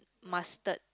mustard